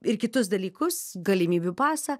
ir kitus dalykus galimybių pasą